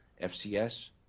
FCS